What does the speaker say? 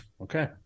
Okay